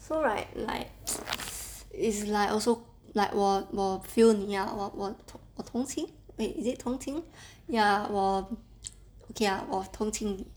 so like like it's like also like 我我 feel 你 ah 我我同情 wait is it 同情 ya 我 okay ah 我同情你